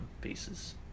pieces